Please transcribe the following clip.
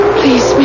please